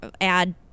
add